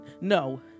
No